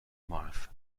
mass